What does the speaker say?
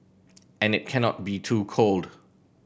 and it cannot be too cold